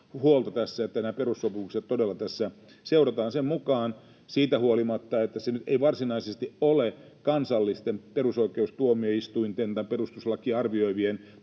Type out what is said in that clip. että näitä perussopimuksia todella tässä seurataan, siitä huolimatta, että se nyt ei varsinaisesti ole kansallisten perusoikeustuomioistuinten tai perustuslakia arvioivien